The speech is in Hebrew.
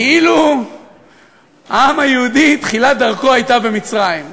כאילו העם היהודי, תחילת דרכו הייתה במצרים.